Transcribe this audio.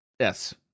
Yes